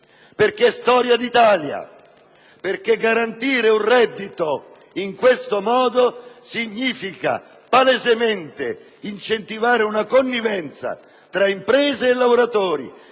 perché è storia d'Italia; infatti, garantire un reddito in questo modo significa palesemente incentivare una connivenza tra imprese e lavoratori